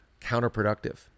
counterproductive